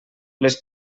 les